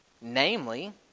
Namely